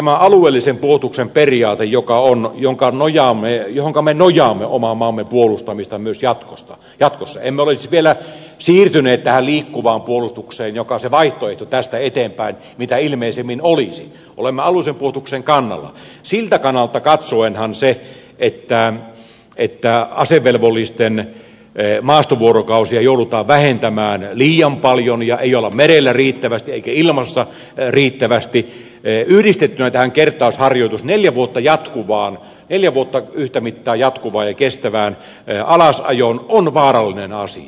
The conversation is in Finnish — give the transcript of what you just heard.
katsottuna tämän alueellisen puolustuksen periaatteen kannalta johonka me nojaamme oman maamme puolustamisessa myös jatkossa emme ole siis vielä siirtyneet tähän liikkuvaan puolustukseen joka se vaihtoehto tästä eteenpäin mitä ilmeisimmin olisi vaan olemme alueellisen puolustuksen kannalla se että asevelvollisten maastovuorokausia joudutaan vähentämään liian paljon ja ei olla merellä riittävästi eikä ilmassa riittävästi yhdistettynä tähän kertausharjoitusten neljä vuotta yhtä mittaa jatkuneeseen alasajoon on vaarallinen asia